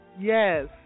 Yes